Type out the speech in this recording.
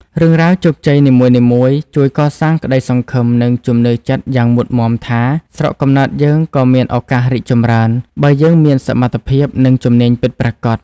រឿងរ៉ាវជោគជ័យនីមួយៗជួយកសាងក្តីសង្ឃឹម និងជំនឿចិត្តយ៉ាងមុតមាំថា «ស្រុកកំណើតយើងក៏មានឱកាសរីកចម្រើន បើយើងមានសមត្ថភាព និងជំនាញពិតប្រាកដ»។